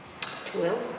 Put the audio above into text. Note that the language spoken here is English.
Twelve